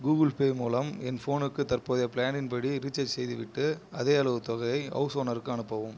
Google Pay மூலம் என் ஃபோனுக்கு தற்போதைய ப்ளானின் படி ரீசார்ஜ் செய்துவிட்டு அதே அளவு தொகையை ஹவுஸ் ஓனருக்கு அனுப்பவும்